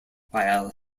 while